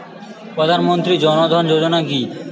প্রধান মন্ত্রী জন ধন যোজনা কি?